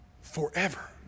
forever